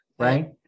Right